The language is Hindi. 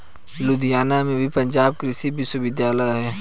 लुधियाना में भी पंजाब कृषि विश्वविद्यालय है